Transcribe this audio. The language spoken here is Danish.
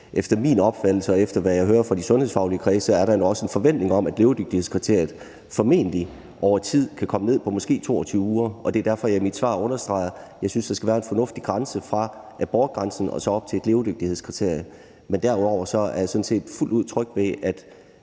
Efter min opfattelse og efter, hvad jeg hører fra de sundhedsfaglige kredse, er der også en forventning om, at levedygtighedskriteriet formentlig over tid kan komme ned på måske 22 uger, og det er derfor, at jeg i mit svar understreger, at jeg synes, der skal være en fornuftig afstand fra abortgrænsen og op til et levedygtighedskriterie. Men derudover er jeg sådan set fuldt ud tryg ved,